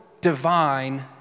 divine